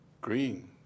Green